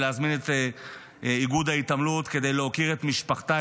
ולהזמין את איגוד ההתעמלות כדי להוקיר את משפחתה,